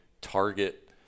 target